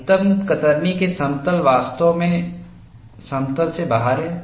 अधिकतम कतरनी के समतल वास्तव में समतल से बाहर हैं